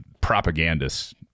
propagandists